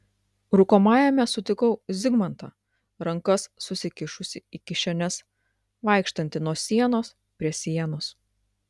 rūkomajame sutikau zigmantą rankas susikišusį į kišenes vaikštantį nuo sienos prie sienos